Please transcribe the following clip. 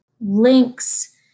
links